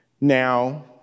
Now